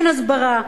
אין הסברה?